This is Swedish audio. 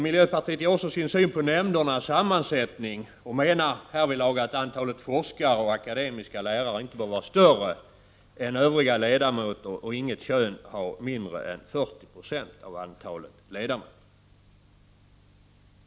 Miljöpartiet ger också sin syn på nämndernas sammansättning och menar härvidlag att antalet forskare och akademiska lärare inte bör vara större än övriga ledamöter och inget kön ha mindre än 40 96 av antalet ledamöter.